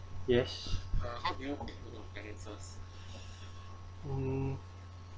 yes mm